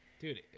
Dude